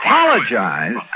Apologize